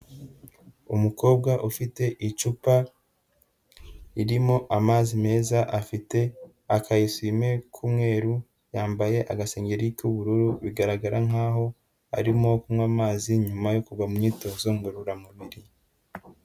Umukobwa ufite icupa ririmo amazi meza, afite akayisime k'umweru, yambaye agasengeri k'ubururu, bigaragara nk'aho arimo kunywa amazi nyuma yo kuva mu myitozo ngororamubiri.